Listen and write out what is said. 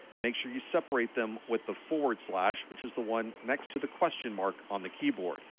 make sure you separate them with the forward slash, which is the one next to the question mark on the keyboard.